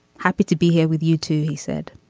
happy to be here with you, too. he said